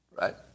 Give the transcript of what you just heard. Right